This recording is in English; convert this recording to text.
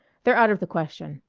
they're out of the question.